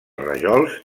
rajols